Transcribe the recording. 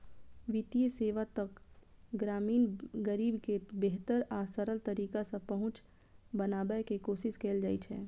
वित्तीय सेवा तक ग्रामीण गरीब के बेहतर आ सरल तरीका सं पहुंच बनाबै के कोशिश कैल जाइ छै